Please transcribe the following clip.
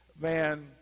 man